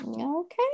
Okay